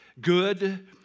good